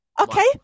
Okay